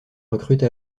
recrute